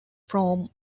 from